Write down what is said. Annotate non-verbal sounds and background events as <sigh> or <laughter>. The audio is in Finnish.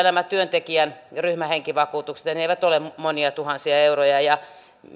<unintelligible> nämä työntekijän ryhmähenkivakuutukset ja ne eivät ole monia tuhansia euroja